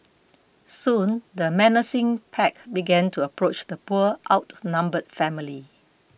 soon the menacing pack began to approach the poor outnumbered family